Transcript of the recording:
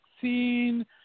scene